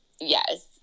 yes